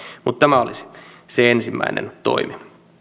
mutta tämä olisi se ensimmäinen toimi